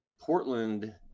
Portland